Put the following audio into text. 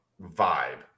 vibe